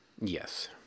Yes